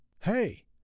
hey